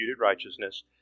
righteousness